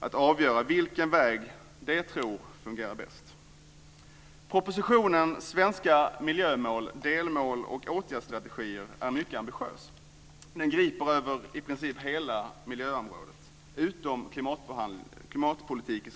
att avgöra vilken väg de tror fungerar bäst. Propositionen Svenska miljömål - delmål och åtgärdsstrategier är mycket ambitiös. Den griper över i princip hela miljöområdet, utom klimatpolitiken.